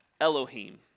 Elohim